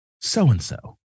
So-and-so